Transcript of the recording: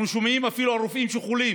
אנחנו שומעים אפילו על רופאים שחולים.